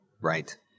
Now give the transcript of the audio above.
Right